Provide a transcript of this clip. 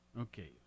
Okay